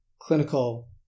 clinical